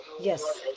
Yes